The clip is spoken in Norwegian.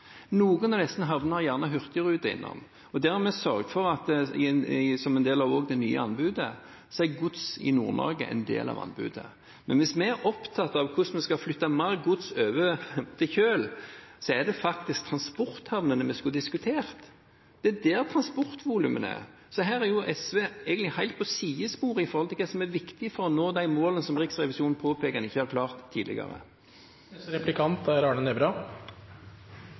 Noen av disse havnene har gjerne hurtigruter innom, og vi har sørget for at gods i Nord-Norge er en del av det nye anbudet. Men hvis vi er opptatt av hvordan vi skal flytte mer gods over til kjøl, er det faktisk transporthavnene vi skulle diskutert. Det er der transportvolumene er. Så her er SV egentlig helt på et sidespor i forhold til hva som er viktig for å nå de målene som Riksrevisjonen påpeker en ikke har klart